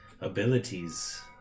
abilities